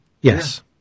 Yes